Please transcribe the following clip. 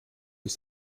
ist